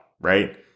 Right